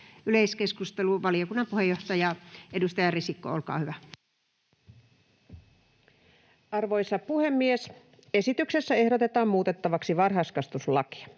Yleiskeskustelu, valiokunnan puheenjohtaja, edustaja Risikko, olkaa hyvä. Arvoisa puhemies! Esityksessä ehdotetaan muutettavaksi varhaiskasvatuslakia.